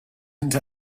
into